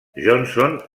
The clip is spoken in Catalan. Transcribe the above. johnson